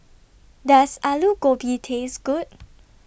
Does Alu Gobi Taste Good